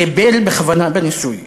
חיבל בכוונה בניסוי,